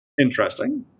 Interesting